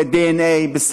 זה דנ"א.